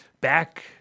Back